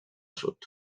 sud